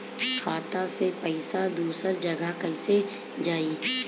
खाता से पैसा दूसर जगह कईसे जाई?